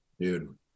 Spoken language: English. dude